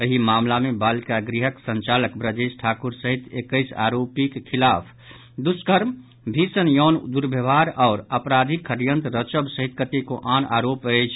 एहि मामिला मे बालिका गृहक संचालक ब्रजेश ठाकुर सहित एक्कैस आरोपीक खिलाफ दुष्कर्म भीषण यौन दुर्व्यवहार आओर आपराधीक षडयंत्र रचब सहित कतेको आन आरोप अछि